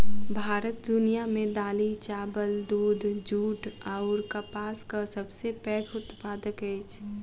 भारत दुनिया मे दालि, चाबल, दूध, जूट अऔर कपासक सबसे पैघ उत्पादक अछि